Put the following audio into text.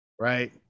right